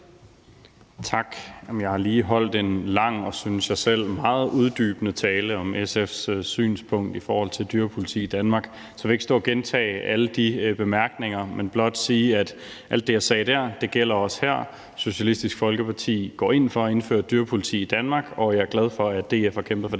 Tak. Jeg har lige holdt en lang og, synes jeg selv, meget uddybende tale om SF's synspunkt i forhold til dyrepoliti i Danmark, så jeg vil ikke stå og gentage alle de bemærkninger, men blot sige, at alt det, jeg sagde der, også gælder her. Socialistisk Folkeparti går ind for at indføre et dyrepoliti i Danmark, og jeg er glad for, at DF har kæmpet den